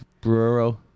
bureau